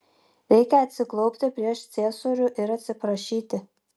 reikia atsiklaupti prieš ciesorių ir atsiprašyti